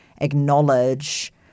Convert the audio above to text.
acknowledge